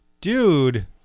dude